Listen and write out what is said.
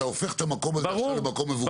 הופך את המקום הזה עכשיו למקום מבוקש,